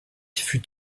fut